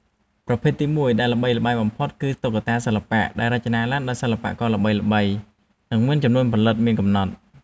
ប្រភេទទីមួយដែលល្បីល្បាញបំផុតគឺ តុក្កតាសិល្បៈ ដែលរចនាឡើងដោយសិល្បករល្បីៗ និងមានចំនួនផលិតមានកំណត់។